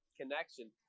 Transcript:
connection